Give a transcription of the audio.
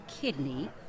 kidney